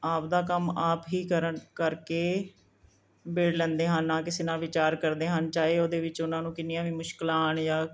ਆਪਦਾ ਕੰਮ ਆਪ ਹੀ ਕਰਨ ਕਰਕੇ ਬਿੜ ਲੈਂਦੇ ਹਨ ਨਾ ਕਿਸੇ ਨਾਲ ਵਿਚਾਰ ਕਰਦੇ ਹਨ ਚਾਹੇ ਉਹਦੇ ਵਿੱਚ ਉਹਨਾਂ ਨੂੰ ਕਿੰਨੀਆਂ ਵੀ ਮੁਸ਼ਕਲਾਂ ਆਉਣ ਜਾਂ